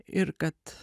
ir kad